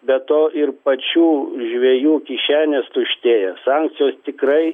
be to ir pačių žvejų kišenės tuštėja sankcijos tikrai